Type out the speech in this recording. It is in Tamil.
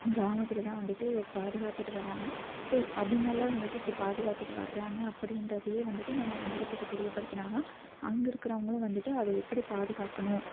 கிராமத்தில் தான் வந்துட்டு பாதுகாத்துட்டு வர்றாங்க ஸோ அவங்க எல்லாம் வந்துட்டு இப்படி பாதுகாத்துட்டு வர்றாங்க அப்படின்றதையே வந்துட்டு நம்ம நகரத்துக்கு தெரியப்படுத்தினா தான் அங்கே இருக்கிறவுங்களும் வந்துட்டு அதை எப்படி பாதுகாக்கணும்